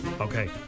Okay